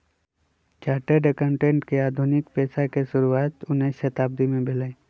chartered accountant के आधुनिक पेशा के शुरुआत उनइ शताब्दी में भेलइ